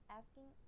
asking